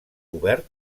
obert